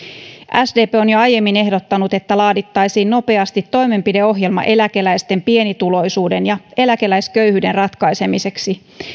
sdp on jo aiemmin ehdottanut että laadittaisiin nopeasti toimenpideohjelma eläkeläisten pienituloisuuden ja eläkeläisköyhyyden ratkaisemiseksi